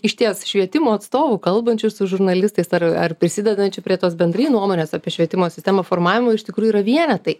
išties švietimo atstovų kalbančių su žurnalistais ar ar prisidedančių prie tos bendrai nuomonės apie švietimo sistemą formavimo iš tikrųjų yra vienetai